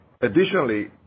Additionally